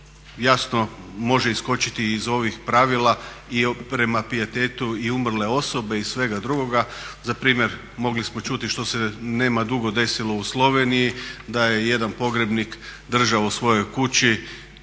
jasno može iskočiti iz ovih pravila i prema pijetetu i umrle osobe i svega drugoga. Za primjer mogli smo čuti što se nama dugo desilo u Sloveniji da je jedan pogrebnik državo u svojoj kući